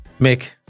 Mick